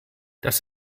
das